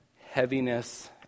heaviness